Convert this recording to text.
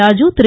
Raju Thiru